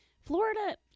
Florida